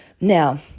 Now